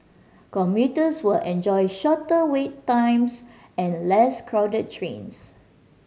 commuters will enjoy shorter wait times and less crowded trains